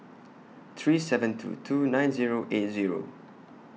three seven two two nine Zero eight Zero